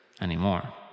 anymore